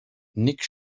nick